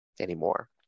anymore